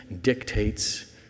Dictates